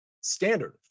Standard